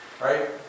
right